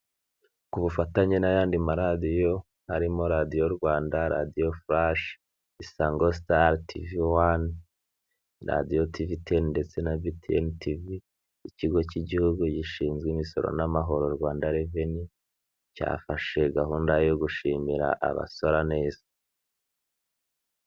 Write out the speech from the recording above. Ku bufatanye n'ayandi maradiyo harimo; radiyo Rwanda, radio Furashe, Isangositari, tivi Teni na radio tivi Teni ndetse na BTN tivi, ikigo cy'igihugu gishinzwe imisoro n'amahoro Rwanda reveni cyafashe gahunda yo gushimira abasora neza,